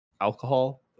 alcohol